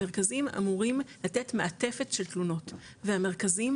המרכזים אמורים לתת מעטפת של תלונות והמרכזים,